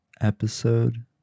episode